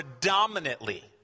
predominantly